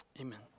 amen